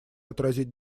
отразить